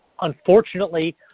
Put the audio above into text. Unfortunately